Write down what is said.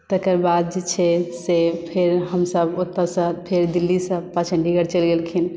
तकर बाद जे छै से फेर हमसभ ओतयसँ फेर दिल्लीसँ पापा चण्डीगढ़ चलि गेलखिन